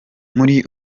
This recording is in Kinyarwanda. muri